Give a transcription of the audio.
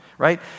Right